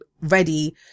ready